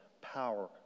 power